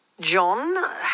John